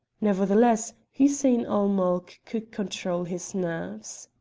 nevertheless, hussein-ul-mulk could control his nerves.